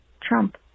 Trump